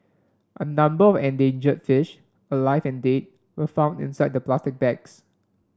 a number of endangered fish alive and dead were found inside the plastic bags